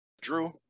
Drew